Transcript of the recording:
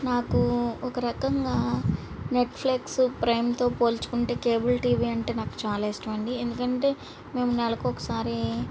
నాకు ఒక రకంగా నెట్ఫ్లెక్స్ ప్రైమ్తో పోల్చుకుంటే కేబుల్ టీవీ అంటే నాకు చాలా ఇష్టం అండి ఎందుకంటే మేము నెలకి ఒకసారి